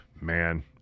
man